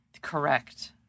Correct